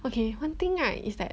okay one thing right is that